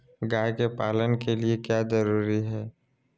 गाय के पालन के लिए क्या जरूरी है?